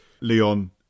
Leon